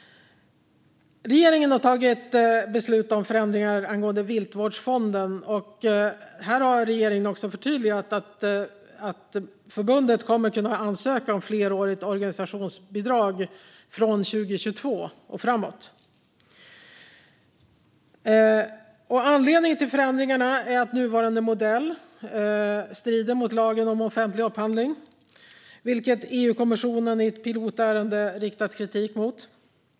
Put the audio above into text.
Regeringen har fattat beslut om förändringar angående Viltvårdsfonden. Här har regeringen förtydligat att Svenska Jägareförbundet kommer att kunna ansöka om flerårigt organisationsbidrag från 2022 och framåt. Anledningen till förändringarna är att nuvarande modell strider mot lagen om offentlig upphandling, vilket EU-kommissionen i ett pilotärende riktat kritik mot.